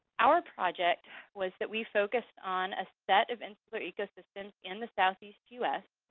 our project was that we focused on a set of insular ecosystems in the southeast u s,